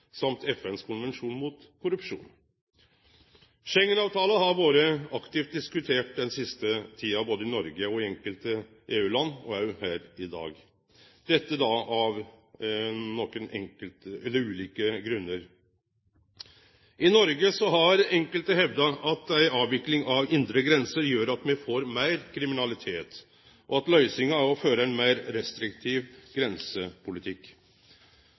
FNs konvensjon mot korrupsjon. Schengen-avtala har vore aktivt diskutert den siste tida både i Noreg og i enkelte EU-land, òg her i dag, og dette av noko ulike grunnar. I Noreg har enkelte hevda at ei avvikling av indre grenser gjer at me får meir kriminalitet, og at løysinga er å føre ein meir restriktiv grensepolitikk.